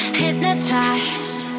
hypnotized